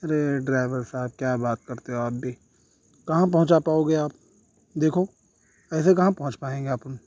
ارے driver صاحب کیا بات کرتے ہو آپ بھی کہاں پہنچا پاؤگے آپ دیکھو ایسے کہاں پہنچ پائیں گے آپن